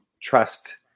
trust